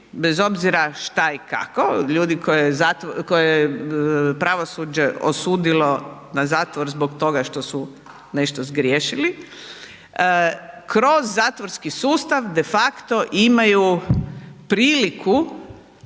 bez obzora šta i kako, ljudi koje je pravosuđe osudilo na zatvor zbog toga što su nešto zgriješili, kroz zatvorski sustav de facto imaju priliku